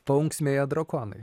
paunksmėje drakonai